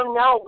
no